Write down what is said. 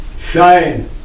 Shine